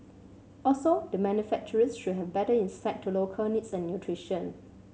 also the manufacturers should have better insight to local needs and nutrition